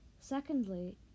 Secondly